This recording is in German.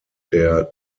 der